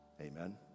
Amen